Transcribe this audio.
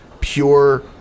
pure